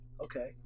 Okay